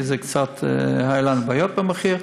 כי היו לנו קצת בעיות במחיר,